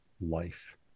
life